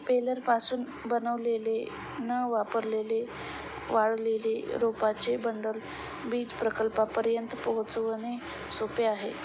बेलरपासून बनवलेले न वापरलेले वाळलेले रोपांचे बंडल वीज प्रकल्पांपर्यंत पोहोचवणे सोपे आहे